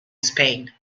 spain